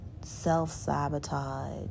self-sabotage